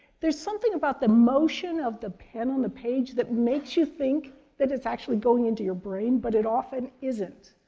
there's something about the motion of the pen on a page that makes you think that it's actually going into your brain, but it often isn't.